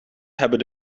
hebben